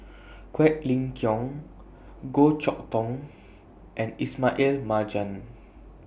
Quek Ling Kiong Goh Chok Tong and Ismail Marjan